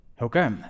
Okay